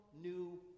new